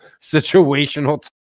situational